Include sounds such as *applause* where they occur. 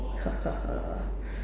*laughs*